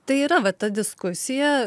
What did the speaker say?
tai yra va ta diskusija